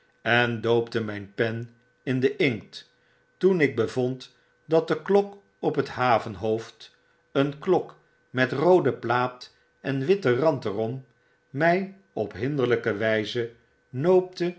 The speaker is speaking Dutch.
en doopte mp pen in den inkt toen ik bevond dat de klok op het havenhoofd een klok met roode plaat en witten rand er om my op hinderlpe wgze noopte